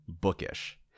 bookish